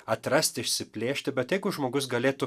atrasti išsiplėšti bet jeigu žmogus galėtų